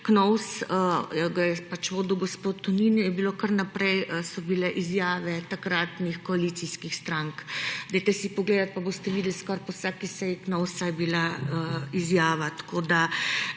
Knovsa, vodil ga je gospod Tonin, so bile kar naprej izjave takratnih koalicijskih strank. Dajte si pogledati pa boste videli. Skoraj po vsaki seji Knovsa je bila izjava, tako da